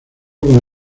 con